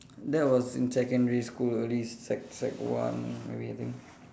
that was in secondary school early sec sec one everything